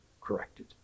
corrected